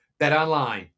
BetOnline